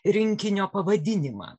rinkinio pavadinimą